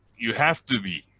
you have to be